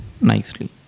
nicely